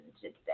today